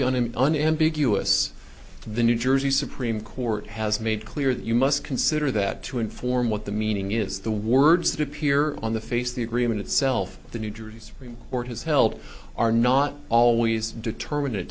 in an ambiguous the new jersey supreme court has made clear that you must consider that to inform what the meaning is the words that appear on the face the agreement itself the new jersey supreme court has held are not always determin